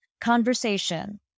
conversation